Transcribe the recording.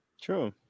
true